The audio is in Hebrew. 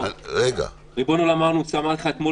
כרגע אני רוצה להתקדם בעניין